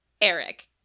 eric